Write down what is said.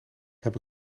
heb